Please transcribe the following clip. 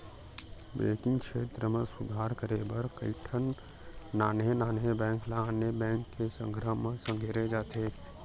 banking छेत्र म सुधार करे बर कइठन नान्हे नान्हे बेंक ल आने बेंक के संघरा म संघेरे जाथे